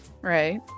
right